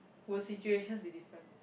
will situations be different